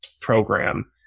program